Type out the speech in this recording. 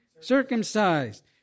circumcised